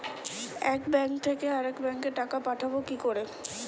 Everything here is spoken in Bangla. এক ব্যাংক থেকে আরেক ব্যাংকে টাকা পাঠাবো কিভাবে?